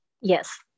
Yes